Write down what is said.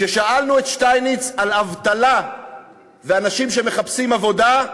כששאלנו את שטייניץ על אבטלה ואנשים שמחפשים עבודה,